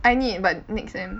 I need but next sem